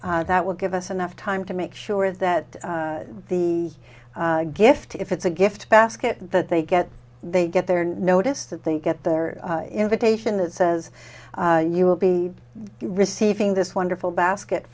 that will give us enough time to make sure the that the gift if it's a gift basket that they get they get their notice that they get their invitation that says you will be receiving this wonderful basket